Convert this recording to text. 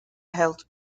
held